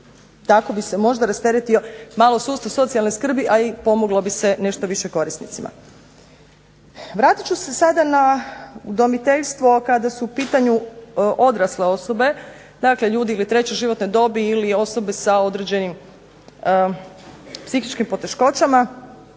tako bi se možda rasteretio malo sustav socijalne skrb, a i pomoglo bi se nešto više korisnicima. Vratit ću se sada na udomiteljstvo kada su u pitanju odrasle osobe, dakle ljudi ili treće životne dobi ili osobe sa određenim psihičkim poteškoćama.